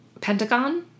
Pentagon